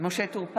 משה טור פז,